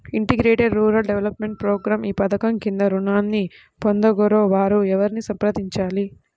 Integrated rural development programme ఈ పధకం క్రింద ఋణాన్ని పొందగోరే వారు ఎవరిని సంప్రదించాలి?